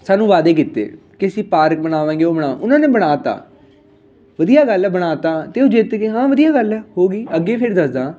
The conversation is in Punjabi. ਸਾਨੂੰ ਵਾਅਦੇ ਕੀਤੇ ਕਿ ਅਸੀਂ ਪਾਰਕ ਬਣਾਵਾਂਗੇ ਉਹ ਬਣਾ ਉਹਨਾਂ ਨੇ ਬਣਾ ਦਿੱਤਾ ਵਧੀਆ ਗੱਲ ਹੈ ਬਣਾ ਦਿੱਤਾ ਅਤੇ ਜਿੱਤ ਗਏ ਹਾਂ ਵਧੀਆ ਗੱਲ ਹੋ ਗਈ ਅੱਗੇ ਫਿਰ ਦੱਸਦਾਂ